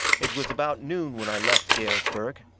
it was about noon when i left galesburg.